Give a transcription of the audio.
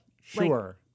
sure